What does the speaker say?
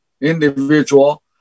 individual